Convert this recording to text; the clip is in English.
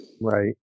Right